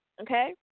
Okay